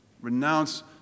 Renounce